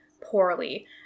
poorly